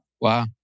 Wow